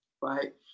right